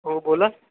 हो बोला